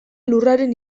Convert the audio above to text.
lurraren